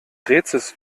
rätsels